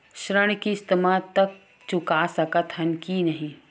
ऋण किस्त मा तक चुका सकत हन कि नहीं?